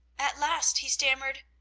at last he stammered